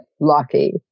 lucky